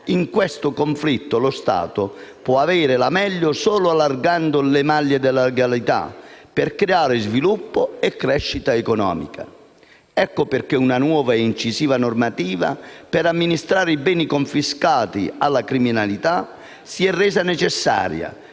In questo conflitto lo Stato può avere la meglio solo allargando le maglie della legalità, per creare sviluppo e crescita economica. Ecco perché una nuova e più incisiva normativa per amministrare i beni confiscati alla criminalità si è resa necessaria